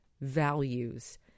values